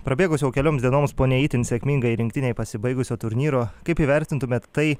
prabėgus jau kelioms dienoms po ne itin sėkmingai rinktinei pasibaigusio turnyro kaip įvertintumėt tai